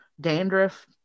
dandruff